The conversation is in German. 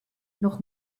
noch